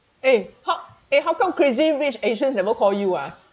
eh ho~ eh how come crazy rich asians never call you ah